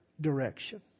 direction